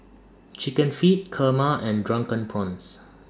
Chicken Feet Kurma and Drunken Prawns